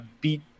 beat